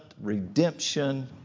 redemption